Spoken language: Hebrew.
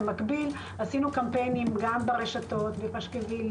במקביל עשינו קמפיינים גם ברשתות מסרונים